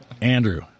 Andrew